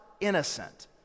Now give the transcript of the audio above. innocent